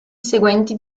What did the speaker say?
seguenti